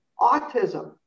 autism